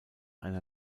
einer